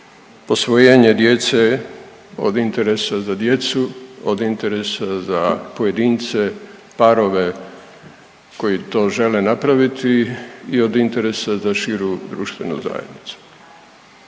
posvojenje djece od interesa za djecu, od interesa za pojedince, parove koji to žele napraviti i od interesa za širu društvenu zajednicu.